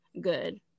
good